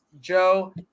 Joe